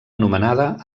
anomenada